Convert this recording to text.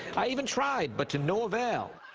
i even tried, but to no avail.